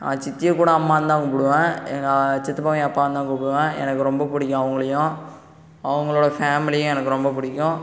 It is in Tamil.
சித்தியைக்கூட அம்மான்னு தான் கூப்பிடுவேன் எங்கள் சித்தப்பாவையும் அப்பான்னு தான் கூப்பிடுவேன் எனக்கு ரொம்ப பிடிக்கும் அவங்களையும் அவங்களோட ஃபேமிலியும் எனக்கு ரொம்ப பிடிக்கும்